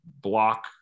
block